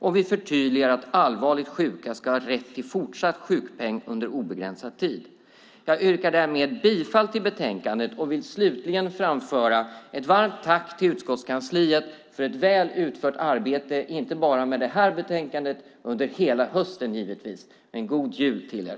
Och vi förtydligar att allvarligt sjuka ska ha rätt till fortsatt sjukpenning under obegränsad tid. Jag yrkar därmed bifall till förslagen i betänkandet och vill slutligen framföra ett varmt tack till utskottskansliet för ett väl utfört arbete, inte bara med det här betänkandet utan givetvis under hela hösten. En god jul till er!